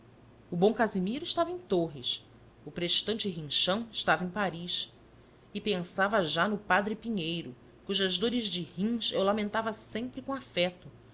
o bom casimiro estava em torres o prestante rinchão estava em paris e pensava já no padre pinheiro cujas dores de rins eu lamentava sempre com afeto